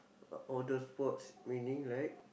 outdoor sports meaning like